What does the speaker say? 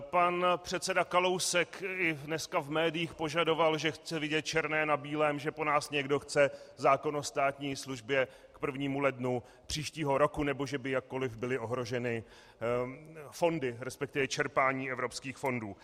Pan předseda Kalousek i dnes v médiích požadoval, že chce vidět černé na bílém, že po nás někdo chce zákon o státní službě k 1. lednu příštího roku, nebo že by jakkoliv byly ohroženy fondy, resp. čerpání evropských fondů.